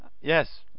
yes